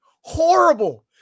Horrible